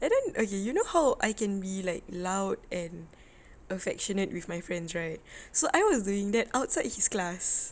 and then okay you know how I can be like loud and affectionate with my friends right so I was doing that outside his class